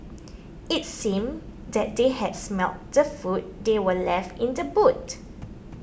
it seemed that they had smelt the food that were left in the boot